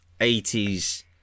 80s